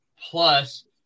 plus